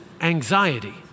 anxiety